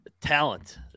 talent